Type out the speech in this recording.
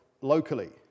locally